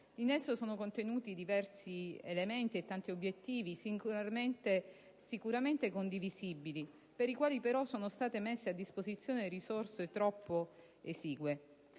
In esso sono contenuti diversi elementi e tanti obiettivi, singolarmente sicuramente condivisibili, per i quali, però, sono state messe a disposizione risorse troppo esigue.